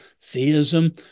theism